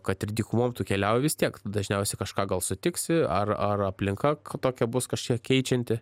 kad ir dykumom tu keliauji vis tiek dažniausiai kažką gal sutiksi ar ar aplinka tokia bus kažkiek keičianti